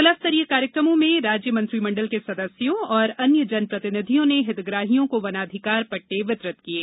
जिला स्तरीय कार्यक्रमों में राज्य मंत्रिमंडल के सदस्यों और अन्य जन प्रतिनिधियों ने हितग्राहियों को वनाधिकार पट्टे वितरित किये